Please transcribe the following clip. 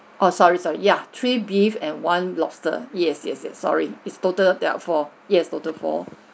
oh sorry sorry yeah three beef and one lobster yes yes yes sorry it's total there are four yes total four